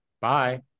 Bye